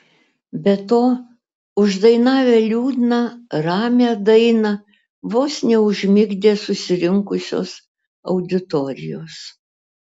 be to uždainavę liūdną ramią dainą vos neužmigdė susirinkusios auditorijos